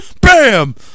Bam